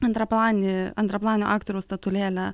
antraplanė antraplanio aktoriaus statulėlę